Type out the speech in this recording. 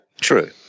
True